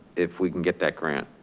if we can get that grant,